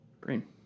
Green